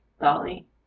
Dolly